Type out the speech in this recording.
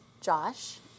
Josh